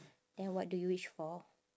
then what do you wish for